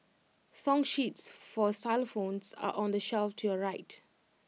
song sheets for xylophones are on the shelf to your right